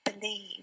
believe